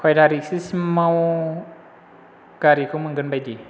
खय थारिखसो सिमाव गारिखौ मोनगोन बायदि